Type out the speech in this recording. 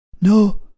No